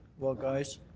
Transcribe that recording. well, guys,